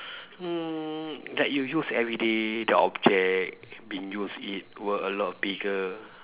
mm that you use everyday the object be used it were a lot bigger